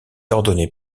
ordonné